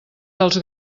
dels